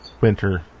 winter